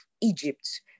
Egypt